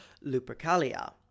Lupercalia